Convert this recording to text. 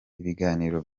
ibiganiro